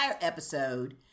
episode